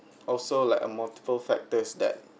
also like a multiple factors that